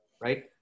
Right